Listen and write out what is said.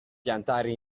piantare